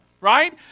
right